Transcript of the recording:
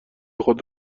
خود